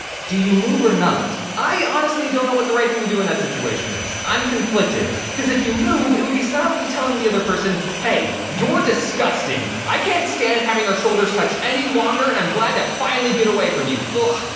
do you move or not? i honestly don't know what the right thing to do in that situation is. i'm conflicted. because if you move it would be silently telling the other person, hey you're disgusting i can't stand having our shoulders touch any longer and i'm glad to finally get away from you! ah